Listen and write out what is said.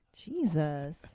Jesus